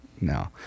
No